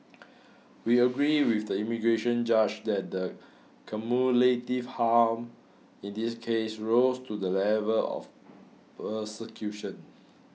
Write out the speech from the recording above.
we agree with the immigration judge that the cumulative harm in this case rose to the level of persecution